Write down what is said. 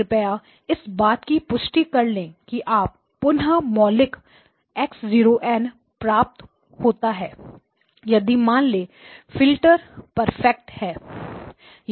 कृपया इस बात की पुष्टि कर ले कि आप पुनः मौलिक x0n प्राप्त होता हैं यदि मान लें कि फ़िल्टर परफेक्ट हैं